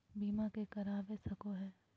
बीमा के करवा सको है?